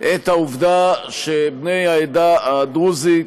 את העובדה שבני העדה הדרוזית